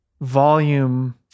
volume